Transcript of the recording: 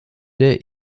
der